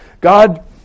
God